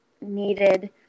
needed